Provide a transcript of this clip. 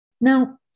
Now